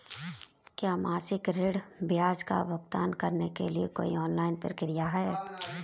क्या मासिक ऋण ब्याज का भुगतान करने के लिए कोई ऑनलाइन प्रक्रिया है?